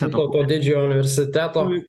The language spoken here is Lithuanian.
vytauto didžiojo universiteto